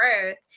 growth